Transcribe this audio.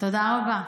תודה רבה.